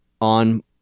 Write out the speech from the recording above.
on